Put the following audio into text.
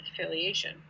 affiliation